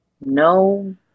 No